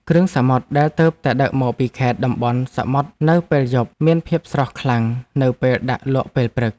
គ្រឿងសមុទ្រដែលទើបតែដឹកមកពីខេត្តតំបន់សមុទ្រនៅពេលយប់មានភាពស្រស់ខ្លាំងនៅពេលដាក់លក់ពេលព្រឹក។